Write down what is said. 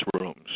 rooms